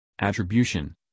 Attribution